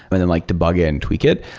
but then like debug it and tweak it.